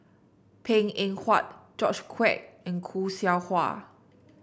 Png Eng Huat George Quek and Khoo Seow Hwa